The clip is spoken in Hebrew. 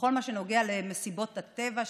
בכל מה שנוגע למסיבות הטבע,